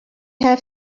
have